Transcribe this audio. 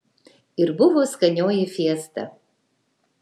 ir buvo skanioji fiesta